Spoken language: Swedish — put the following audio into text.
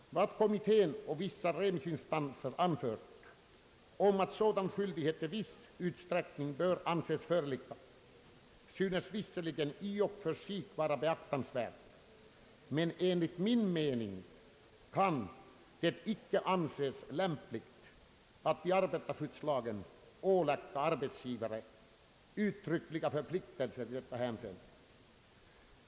Vad kommittén och vissa remissinstanser anfört om att sådan skyldighet i viss utsträckning bör anses föreligga synes visserligen i och för sig vara beaktansvärt, men enligt min mening kan det icke anses lämpligt att i arbetarskyddslagen ålägga arbetsgivare uttryckliga förpliktelser i detta hänseende.